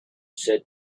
said